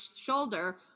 shoulder